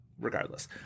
regardless